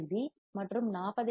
B மற்றும் 40 D